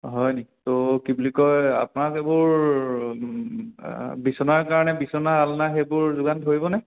হয় নেকি ত' কি বুলি কয় আপোনাক এইবোৰ বিচনাৰ কাৰণে বিচনা আলনা সেইবোৰ যোগান ধৰিব নে